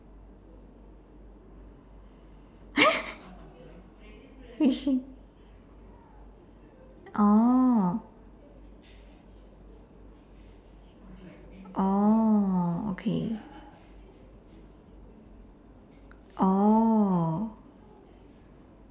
fishing oh oh okay oh